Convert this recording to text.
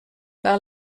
par